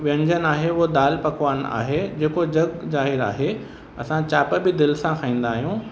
व्यंजन आहे उहो दालि पकवान आहे जेको जॻु ज़ाहिरु आहे असां चाप बि दिलि सां खाईंदा आहियूं